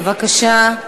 בבקשה,